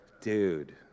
Dude